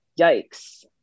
yikes